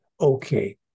Okay